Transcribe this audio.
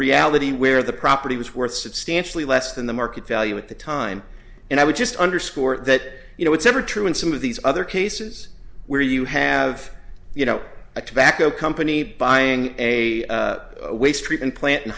reality where the property was worth substantially less than the market value at the time and i would just underscore that you know it's never true in some of these other cases where you have you know a tobacco company buying a waste treatment plant in